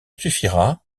suffira